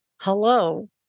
Hello